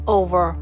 over